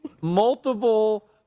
multiple